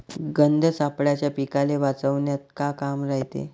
गंध सापळ्याचं पीकाले वाचवन्यात का काम रायते?